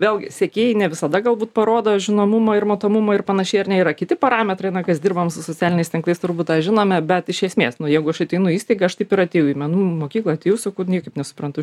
vėlgi sekėjai ne visada galbūt parodo žinomumą ir matomumą ir panašiai ar ne yra kiti parametrai na kas dirbam su socialiniais tinklais turbūt tą žinome bet iš esmės nu jeigu aš ateinu įstaigą aš taip ir atėjau į menų mokyklą atėjau sakau ir niekaip nesuprantu